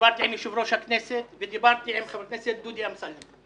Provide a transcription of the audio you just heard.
דיברתי גם עם יושב-ראש הכנסת ודיברתי עם חבר הכנסת דודי אמסלם.